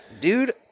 dude